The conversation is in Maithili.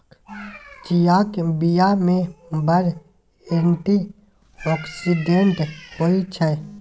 चीयाक बीया मे बड़ एंटी आक्सिडेंट होइ छै